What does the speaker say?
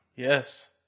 Yes